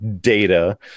data